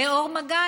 לאור מגל,